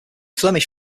flemish